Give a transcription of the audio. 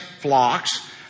flocks